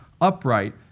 upright